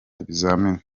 ibizamini